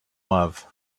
love